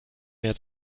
mehr